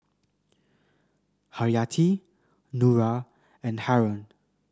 Haryati Nura and Haron